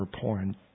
porn